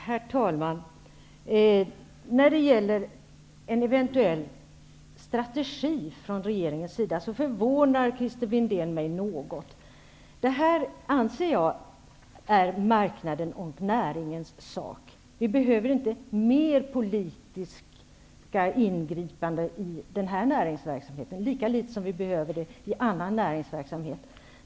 Herr talman! När det gäller frågan om en eventuell strategi från regeringen förvånar mig Christer Windén något. Jag anser att detta är marknadens och näringens sak. Vi behöver inte fler politiska ingripanden i denna näringsverksamhet lika litet som vi behöver det i annan näringsverksamhet.